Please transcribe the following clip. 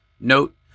Note